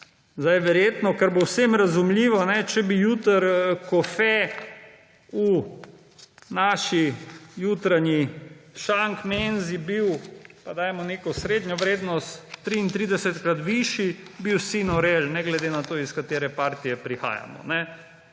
Verjetno, kar bo vsem razumljivo, če bi bil jutri kofe v naši jutranji šankmenzi, pa dajmo neko srednjo vrednost, 33-krat višji, bi vsi noreli, ne glede na to, iz katere partije prihajamo.